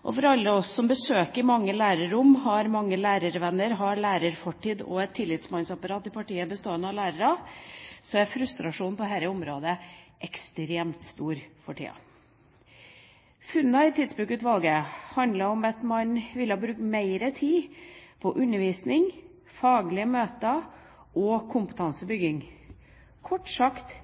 For alle oss som besøker mange lærerrom, som har mange lærervenner, som har lærerfortid – og et tillitsmannsapparat i partiet bestående av lærere – er frustrasjonen på dette området ekstremt stor for tida. Funnene i Tidsbrukutvalget handler om at man vil bruke mer tid på undervisning, faglige møter og kompetansebygging, kort sagt